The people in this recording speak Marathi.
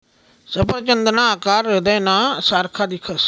सफरचंदना आकार हृदयना सारखा दिखस